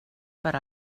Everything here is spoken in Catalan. per